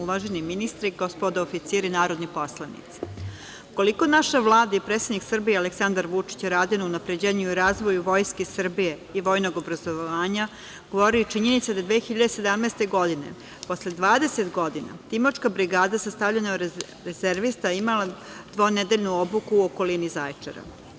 Uvaženi ministre, gospodo oficiri, narodni poslanici, koliko naša Vlada i predsednik Srbije Aleksandar Vučić rade na unapređenju i razvoju Vojske Srbije i vojnog obrazovanja, govori i činjenica da je 2017. godine, posle 20 godina Timočka brigada sastavljena od rezervista, imala dvonedeljnu obuku u okolini Zaječara.